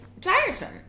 tiresome